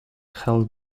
held